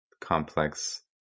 complex